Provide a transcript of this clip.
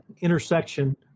intersection